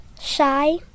shy